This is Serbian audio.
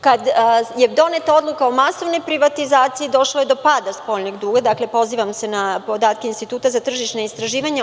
Kada je doneta odluka o masovnoj privatizaciji, došlo je do pada spoljnog duga, pozivam se na podatke Instituta za tržišna istraživanja.